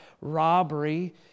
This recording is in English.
robbery